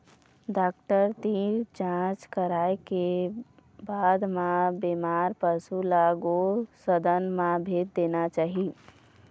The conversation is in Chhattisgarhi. डॉक्टर तीर जांच कराए के बाद म बेमार पशु ल गो सदन म भेज देना चाही